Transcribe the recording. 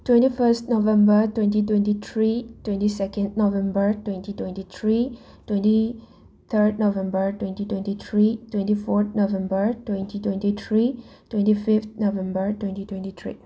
twenty first November twenty twenty three twenty second November twenty twenty three twenty third November twenty twenty three twenty fourth November twenty twenty three twenty fifth November twenty twenty three